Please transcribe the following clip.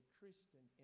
Christian